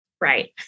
Right